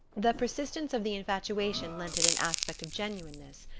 the persistence of the infatuation lent it an aspect of genuineness.